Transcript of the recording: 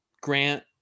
grant